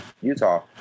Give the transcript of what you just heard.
Utah